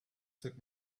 took